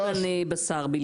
אבל לא כתוב פה בשר בלבד.